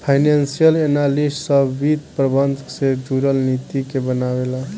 financial analyst सभ वित्त प्रबंधन से जुरल नीति के बनावे ला